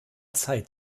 zeit